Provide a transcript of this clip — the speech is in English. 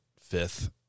Fifth